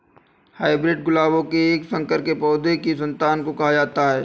hybrid गुलाबों के एक संकर के पौधों की संतान को कहा जाता है